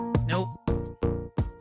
nope